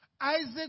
Isaac